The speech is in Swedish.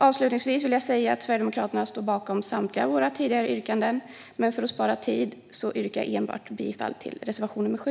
Jag står bakom Sverigedemokraternas samtliga reservationer, men för att spara tid yrkar jag bifall enbart till reservation nr 7.